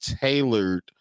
tailored